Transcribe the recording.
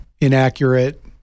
inaccurate